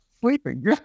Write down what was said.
sleeping